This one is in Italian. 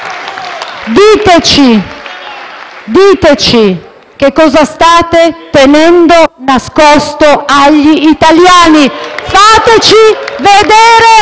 Diteci che cosa state tenendo nascosto agli italiani. Fateci vedere